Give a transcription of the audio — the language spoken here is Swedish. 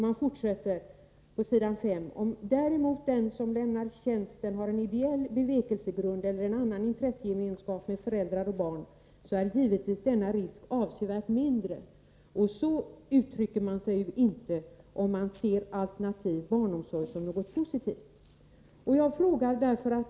Det står vidare: ”Om däremot den som lämnar tjänsten har en ideell bevekelsegrund eller en annan intressegemenskap med föräldrar och barn är givetvis denna risk avsevärt mindre.” Så uttrycker man sig inte om man ser alternativ barnomsorg som något positivt.